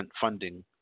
funding